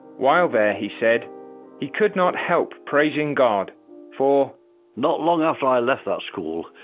while there he said he could not help praising god for not long after i left that school,